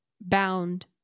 bound